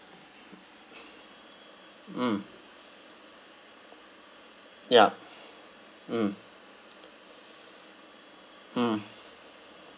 mm yup mm mm